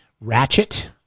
Ratchet